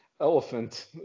elephant